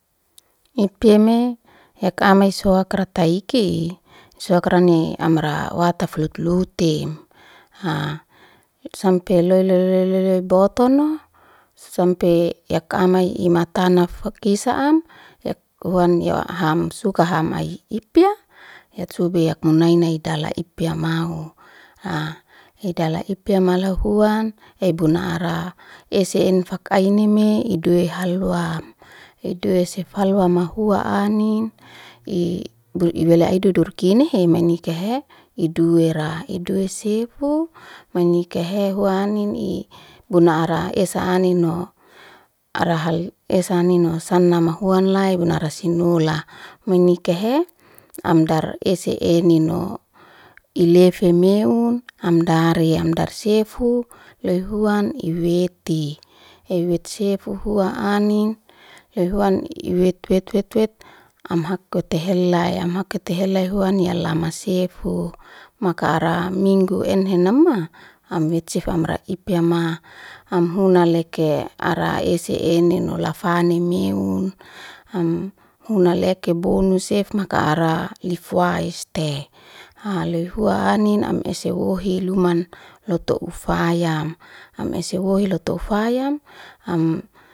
Ipeme hek amai sukra taiki, suakrani amra wataf lot lutem sampe loy loy loy loy loy bototno, sampe yaka amai imatana fukisa'am yak huan ya ham suka ham ai ipya itsubyak munaini dala ipya mala huan ibunara esen'en fakainime idwe halwa, edwe sifalama hua anin, i ebela eldudurkinihe emnikehe iduira, idue sefu menikahe hua anin ibuna ara esa anino ara hal ara esanino sana mahua anlai munara seinula, munikahe am daran ese enino. I lefe meun am dari am dar sefu loy huan iwekte, iwek sefu hua anin loy huan iwet wet wet wet am hakote helay, am hokete helay huan ya lama sefu, makaram minggu enhe nama, am hitsif amra ipya ma, am huna leke ara ese ara esnino lafani meun am huna leke bunsef maka ara ifwaist loy huan anin, am ese wohi luman lotu ufaya, am wohi lotu ufayam am.